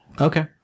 Okay